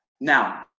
Now